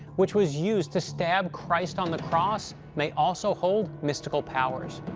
which was used to stab christ on the cross, may also hold mystical powers?